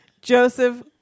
Joseph